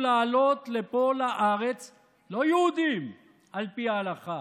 להעלות לפה לארץ לא יהודים על פי ההלכה